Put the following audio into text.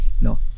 no